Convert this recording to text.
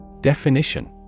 Definition